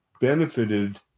benefited